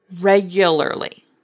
regularly